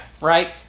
right